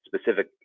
specific